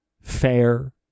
fair